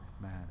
man